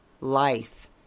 life